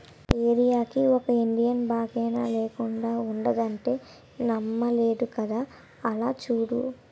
ఏరీయాకి ఒక ఇండియన్ బాంకైనా లేకుండా ఉండదంటే నమ్మలేదు కదా అలా చూడు